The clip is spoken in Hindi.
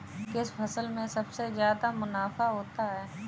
किस फसल में सबसे जादा मुनाफा होता है?